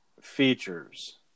features